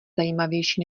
zajímavější